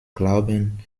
glauben